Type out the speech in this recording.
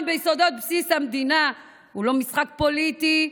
ביסודות בסיס המדינה הוא לא משחק פוליטי,